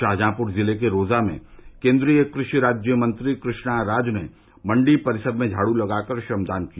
शाहजहापुर जिले के रोजा में केन्द्रीय कृषि राज्य मंत्री कृष्णाराज ने मंडी परिसर में झाड़ लगाकर श्रमदान किया